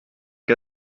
què